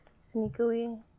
Sneakily